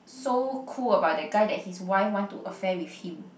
so cool about that guy that his wife want to affair with him